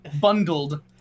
bundled